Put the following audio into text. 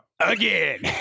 again